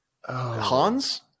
Hans